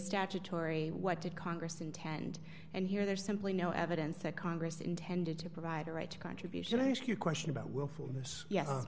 statutory what did congress intend and here there's simply no evidence that congress intended to provide a right to contribution i ask you a question about